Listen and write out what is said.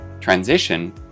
transition